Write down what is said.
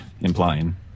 implying